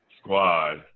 squad